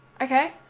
Okay